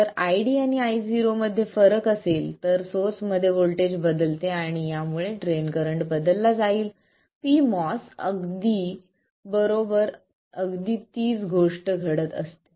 जर ID आणि Ioमध्ये फरक असेल तर मध्ये सोर्स व्होल्टेज बदलते आणि यामुळे ड्रेन करंट बदलला जाईल pMOS बरोबर अगदी तीच गोष्ट घडते